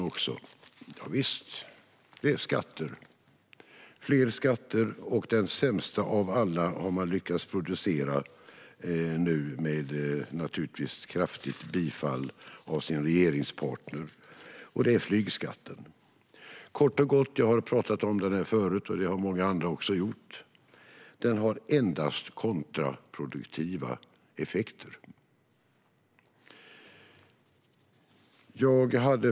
Det ska vara fler skatter, och den sämsta av alla har man lyckats producera nu med kraftigt bifall från sin regeringspartner. Det handlar om flygskatten. Låt mig säga något kort om den. Jag har talat om den förut, och det har många andra också gjort. Den ger endast kontraproduktiva effekter.